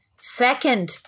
second